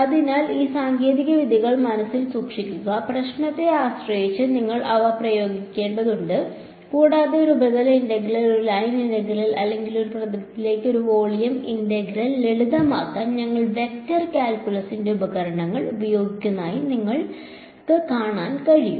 അതിനാൽ ഈ സാങ്കേതിക വിദ്യകൾ മനസ്സിൽ സൂക്ഷിക്കുക പ്രശ്നത്തെ ആശ്രയിച്ച് നിങ്ങൾ അവ പ്രയോഗിക്കേണ്ടതുണ്ട് കൂടാതെ ഒരു ഉപരിതല ഇന്റഗ്രൽ ഒരു ലൈൻ ഇന്റഗ്രൽ അല്ലെങ്കിൽ ഒരു പ്രതലത്തിലേക്ക് ഒരു വോളിയം ഇന്റഗ്രൽ ലളിതമാക്കാൻ ഞങ്ങൾ വെക്റ്റർ കാൽക്കുലസിന്റെ ഉപകരണങ്ങൾ ഉപയോഗിക്കുന്നതായി നിങ്ങൾക്ക് കാണാൻ കഴിയും